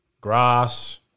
grass